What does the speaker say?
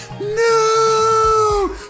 No